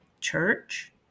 church